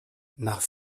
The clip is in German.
nach